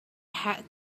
had